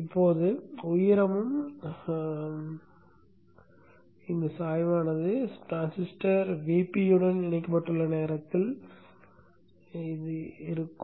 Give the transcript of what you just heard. இப்போது உயரும் சாய்வானது டிரான்சிஸ்டர் Vp இணைக்கப்பட்டுள்ள நேரத்தில் L